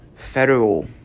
federal